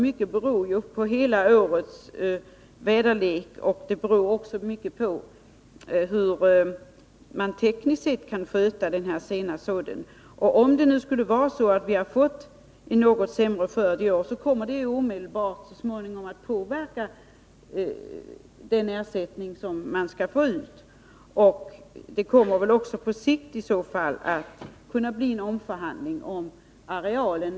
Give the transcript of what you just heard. Mycket beror på hela årets väderlek och även på hur man tekniskt sett kan klara denna sena sådd. Om det nu skulle vara så att vi i år får en något sämre skörd kommer det så småningom att påverka den ersättning som man får ut. Det kommer väl i så fall också på sikt att kunna bli en omförhandling om arealen.